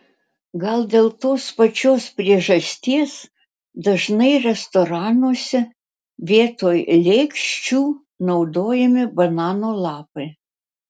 gal dėl tos pačios priežasties dažnai restoranuose vietoj lėkščių naudojami banano lapai